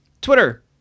twitter